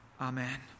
Amen